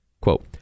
Quote